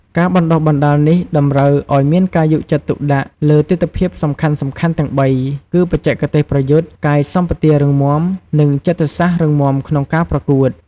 ការបណ្តុះបណ្តាលនេះតម្រូវឲ្យមានការយកចិត្តទុកដាក់លើទិដ្ឋភាពសំខាន់ៗទាំងបីគឺ បច្ចេកទេសប្រយុទ្ធ កាយសម្បទារឹងមាំ និងចិត្តសាស្ត្ររឹងមាំក្នុងការប្រកួត។